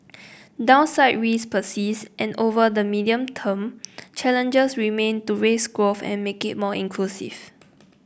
downside risks persist and over the medium term challenges remain to raise growth and make it more inclusive